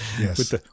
Yes